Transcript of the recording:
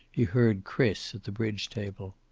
he heard chris, at the bridge table.